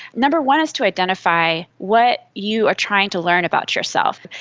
number one is to identify what you are trying to learn about yourself.